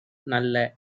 நல்ல